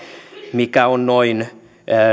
mikä on noin